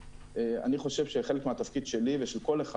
אני חושב שחלק מהתפקיד שלי ושל כל אחד